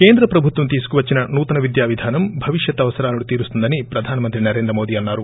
కేంద్ర ప్రభుత్వం తీసుకువచ్చిన నూతన విద్యా విధానం భవిష్యత్ అవసరాలను తీరుస్తుందని ప్రధానమంత్రి నరేంద్ర మోదీ అన్నారు